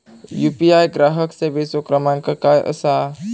UPI ग्राहक सेवेचो क्रमांक काय असा?